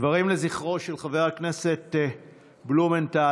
דברים לזכרו של חבר הכנסת בלומנטל.